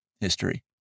history